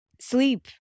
Sleep